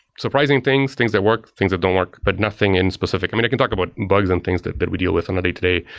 surprising things, things that work, things that don't work, but nothing in specific. i mean, i can talk about bugs and things that that we deal with on a day-to-day.